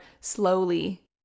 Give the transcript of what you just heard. slowly